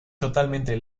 totalmente